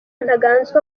ntaganzwa